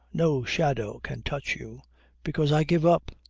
no shadow can touch you because i give up.